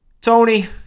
Tony